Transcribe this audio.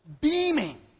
beaming